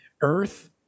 earth